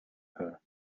her